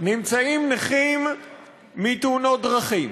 נמצאים נכים מתאונות דרכים,